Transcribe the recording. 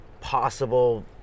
possible